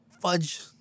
fudge